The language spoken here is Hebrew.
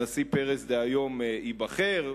הנשיא פרס דהיום, ייבחר.